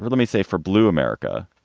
let me say, for blue america,